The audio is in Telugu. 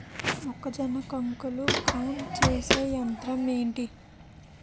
మొక్కజొన్న కంకులు గ్రైండ్ చేసే యంత్రం ఏంటి?